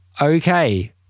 okay